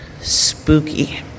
Spooky